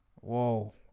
Whoa